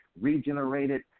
regenerated